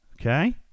okay